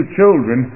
children